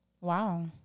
Wow